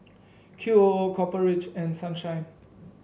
Qoo Copper Ridge and Sunshine